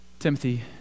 Timothy